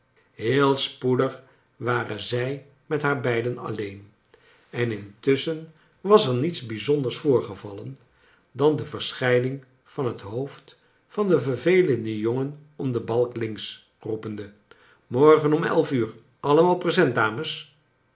heel spoedig waren zij met haar beiden alleen en intusschen was er niets bijzonders voorgevallen dan de verschrjning van het hoofd van den vervelenden jongen om de balk links roepende morgen om elf uur allemaal present dames